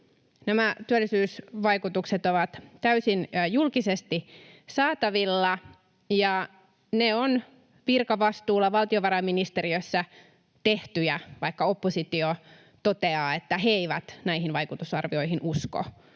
Nämä työllisyysvaikutukset ovat täysin julkisesti saatavilla, ja ne ovat virkavastuulla valtiovarainministeriössä tehtyjä. Vaikka oppositio toteaa, että he eivät näihin vaikutusarvioihin usko,